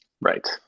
Right